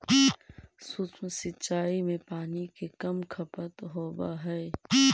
सूक्ष्म सिंचाई में पानी के कम खपत होवऽ हइ